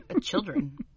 children